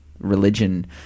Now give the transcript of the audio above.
religion